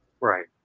right